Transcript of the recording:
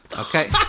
Okay